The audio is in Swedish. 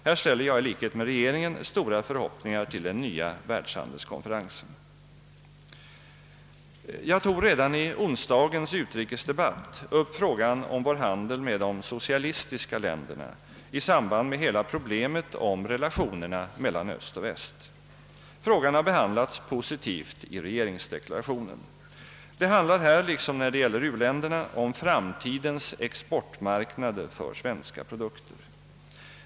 Här ställer jag i likhet med regeringen stora förhoppningar till den nya världshandelskonferensen. Jag tog redan i onsdagens utrikesdebatt upp frågan om vår handel med de socialistiska länderna i samband med hela problemet om relationerna mellan öst och väst. Frågan har behandlats positivt i regeringsdeklarationen. Det handlar här liksom när det gäller uländerna om framtida exportmarknader för svenska produkter.